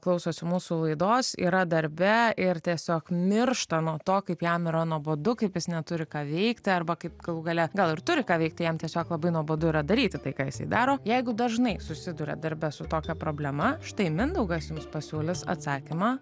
klausosi mūsų laidos yra darbe ir tiesiog miršta nuo to kaip jam yra nuobodu kaip jis neturi ką veikti arba kaip galų gale gal ir turi ką veikti jam tiesiog labai nuobodu yra daryti tai ką jisai daro jeigu dažnai susiduriat darbe su tokia problema štai mindaugas jums pasiūlys atsakymą